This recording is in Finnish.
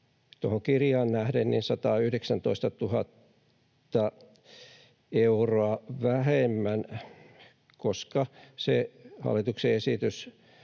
kirjaan nähden 119 000 euroa vähemmän, koska se hallituksen esitys